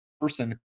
person